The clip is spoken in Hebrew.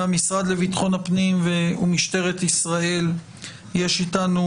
מהמשרד לביטחון הפנים ומשטרת ישראל יש איתנו